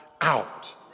out